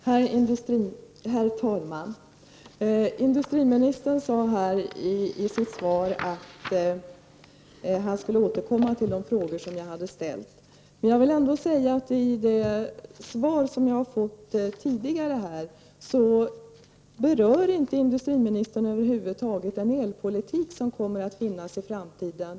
Herr talman! Industriministern sade i sitt svar att han skulle återkomma till de frågor som jag har ställt. Men i det svar som jag har fått tidigare berör industriministern över huvud taget inte den elpolitik som kommer att föras i framtiden.